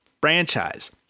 franchise